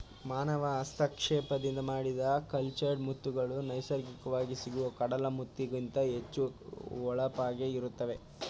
ಮಾನವ ಹಸ್ತಕ್ಷೇಪದಿಂದ ಮಾಡಿದ ಕಲ್ಚರ್ಡ್ ಮುತ್ತುಗಳು ನೈಸರ್ಗಿಕವಾಗಿ ಸಿಗುವ ಕಡಲ ಮುತ್ತಿಗಿಂತ ಹೆಚ್ಚು ಹೊಳಪಾಗಿ ಇರುತ್ತವೆ